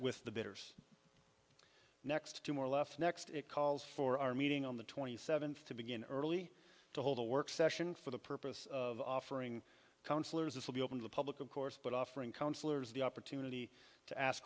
with the bidders next two more left next it calls for our meeting on the twenty seventh to begin early to hold a work session for the purpose of offering councillors this will be open to the public of course but offering councillors the opportunity to ask